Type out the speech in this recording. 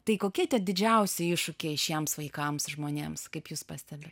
tai kokie tie didžiausi iššūkiai šiems vaikams žmonėms kaip jus pastebit